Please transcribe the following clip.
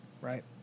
Right